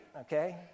okay